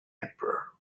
emperor